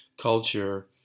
culture